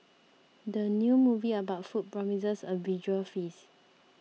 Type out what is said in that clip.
the new movie about food promises a visual feast